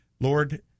Lord